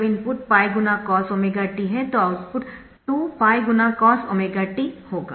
जब input 𝜋 × cos⍵t है तो आउटपुट 2 𝜋 × cos⍵t होगा